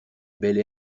belle